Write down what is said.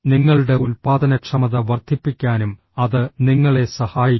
നിങ്ങളുടെ ഉൽപ്പാദനക്ഷമത വർദ്ധിപ്പിക്കാനും അത് നിങ്ങളെ സഹായിക്കും